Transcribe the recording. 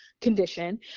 condition